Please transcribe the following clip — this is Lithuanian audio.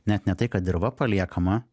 net ne tai kad dirva paliekama